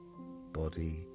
body